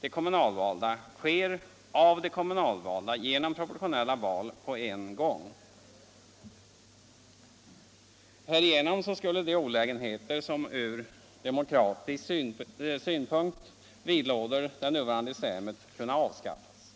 de kommunalvalda, sker av de kommunalvalda genom proportionella val på en gång. Härigenom skulle de olägenheter som ur demokratisk synpunkt vidlåder det nuvarande systemet kunna avskaffas.